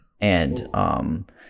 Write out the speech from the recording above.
and-